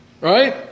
Right